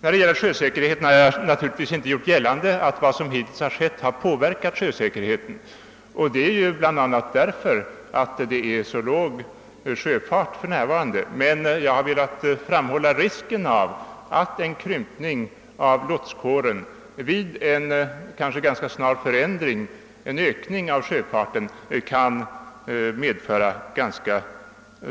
Jag har naturligtvis inte gjort gällande att vad som hittills har skett har påverkat sjösäkerheten. Det beror bl.a. på att det för närvarande är så låg sjöfart. Jag har emellertid velat framhålla risken för att en krympning av lotskåren vid en eventuell snar förändring i form av ökning av sjöfarten kan medföra